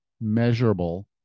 measurable